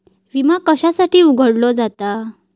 विमा कशासाठी उघडलो जाता?